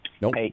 Nope